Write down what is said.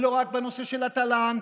ולא רק בנושא התל"ן,